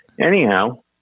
Anyhow